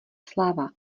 sláva